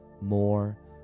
more